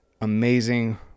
amazing